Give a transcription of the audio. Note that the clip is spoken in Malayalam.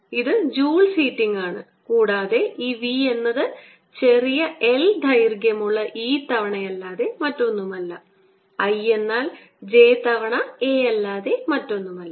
ഇത് ജൂൾസ് ഹീറ്റിംഗ് ആണ് കൂടാതെ ഈ v എന്നത് ഈ ചെറിയ L ദൈർഘ്യമുള്ള E തവണയല്ലാതെ മറ്റൊന്നുമല്ല I എന്നാൽ j തവണ a അല്ലാതെ മറ്റൊന്നുമല്ല